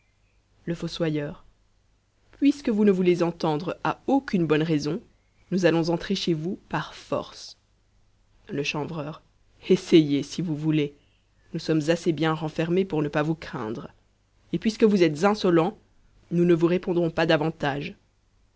le fossoyeur puisque vous ne voulez entendre à aucune bonne raison nous allons entrer chez vous par force le chanvreur essayez si vous voulez nous sommes assez bien renfermés pour ne pas vous craindre et puisque vous êtes insolents nous ne vous répondrons pas davantage